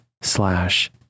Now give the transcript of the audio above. slash